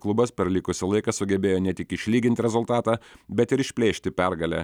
klubas per likusį laiką sugebėjo ne tik išlygint rezultatą bet ir išplėšti pergalę